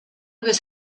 was